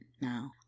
now